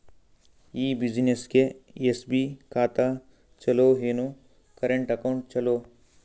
ಈ ಬ್ಯುಸಿನೆಸ್ಗೆ ಎಸ್.ಬಿ ಖಾತ ಚಲೋ ಏನು, ಕರೆಂಟ್ ಅಕೌಂಟ್ ಚಲೋ?